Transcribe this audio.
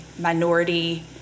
minority